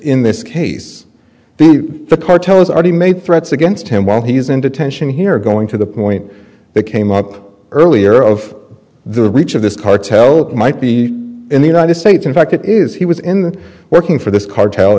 in this case the cartels are he made threats against him while he's in detention here going to the point that came up earlier of the reach of this cartel might be in the united states in fact it is he was in there working for this cartel